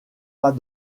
pas